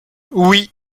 oui